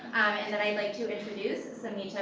and and i'd like to introduce, samhita